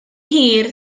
hir